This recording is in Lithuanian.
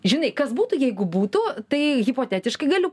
žinai kas būtų jeigu būtų tai hipotetiškai galiu